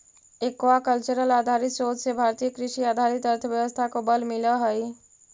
aquacultural आधारित शोध से भारतीय कृषि आधारित अर्थव्यवस्था को बल मिलअ हई